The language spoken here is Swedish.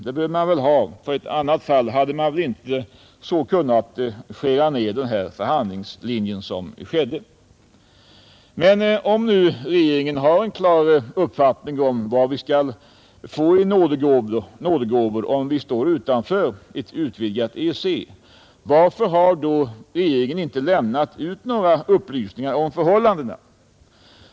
Det bör man väl ha, ty i annat fall hade man inte gärna kunnat skära av förhandlingslinjen på sätt som skett. Men skulle nu regeringen ha en klar uppfattning om vad vi kan få i nådegåvor om vi står utanför ett utvidgat EEC — varför har då regeringen inte lämnat ut några upplysningar om förhållandena?